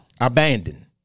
Abandoned